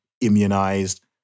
immunized